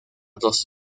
dos